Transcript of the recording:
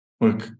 look